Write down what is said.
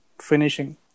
finishing